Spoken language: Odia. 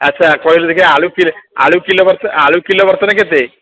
ଆଚ୍ଛା କହିଲ ଦେଖି ଆଳୁ କିଲୋ ଆଳୁ କିଲୋ ଆଳୁ କିଲୋ ବର୍ତ୍ତମାନ କେତେ